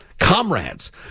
Comrades